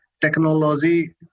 technology